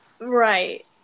right